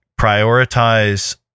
prioritize